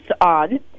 on